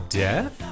death